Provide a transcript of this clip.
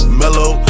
mellow